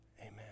Amen